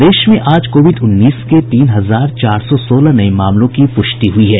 प्रदेश में आज कोविड उन्नीस के तीन हजार चार सौ सोलह नये मामलों की प्रष्टि हुई है